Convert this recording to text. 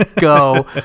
Go